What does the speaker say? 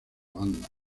banda